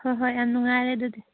ꯍꯣꯏ ꯍꯣꯏ ꯌꯥꯝ ꯅꯨꯡꯉꯥꯏꯔꯦ ꯑꯗꯨꯗꯤ